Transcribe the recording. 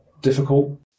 difficult